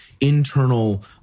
internal